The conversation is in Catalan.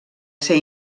ser